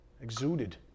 exuded